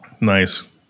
Nice